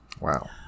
Wow